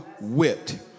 whipped